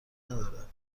ندارد